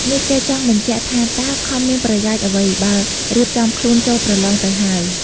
នេះគេចង់បញ្ជាក់ថាតើខំមានប្រយោជន៍អ្វី បើរៀបចំខ្លួនចូលប្រលងទៅហើយ ។